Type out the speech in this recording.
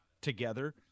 together